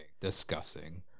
discussing